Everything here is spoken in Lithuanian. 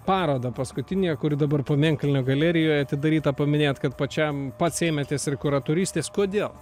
parodą paskutinėje kuri dabar pamėnkalnio galerijoje atidaryta paminėjot kad pačiam pats ėmėtės ir kuratorystės kodėl